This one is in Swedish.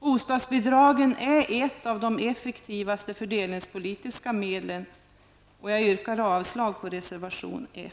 Bostadsbidraget är ett av de effektivaste fördelningspolitiska medlen. Jag yrkar avslag på reservation 1.